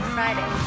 Friday